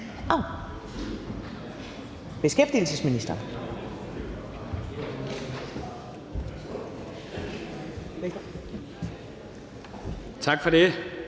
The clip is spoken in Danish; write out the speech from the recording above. sig? Beskæftigelsesministeren.